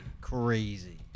Crazy